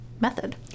method